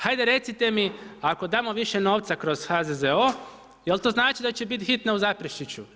Hajde recite mi ako damo više novca kroz HZZO jel to znači da će biti hitne u Zaprešiću?